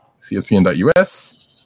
cspn.us